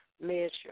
measure